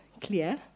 clear